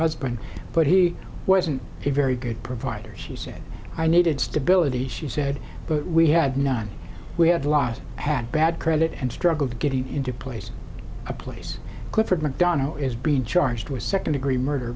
husband but he wasn't a very good providers he said i needed stability she said but we had none we had lost had bad credit and struggled getting into place a place clifford mcdonnell is being charged with second degree murder